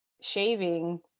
shaving